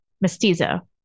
Mestizo